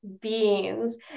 beans